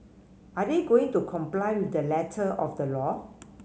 are they going to comply with the letter of the law